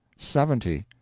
seventy.